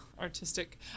artistic